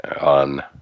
on